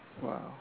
Wow